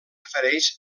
refereix